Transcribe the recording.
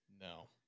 No